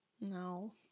No